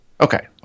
Okay